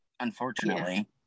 unfortunately